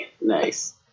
nice